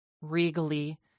regally